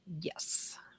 Yes